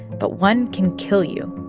but one can kill you,